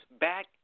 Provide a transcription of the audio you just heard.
Back